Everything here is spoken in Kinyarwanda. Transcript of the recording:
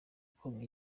konka